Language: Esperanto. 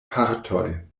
partoj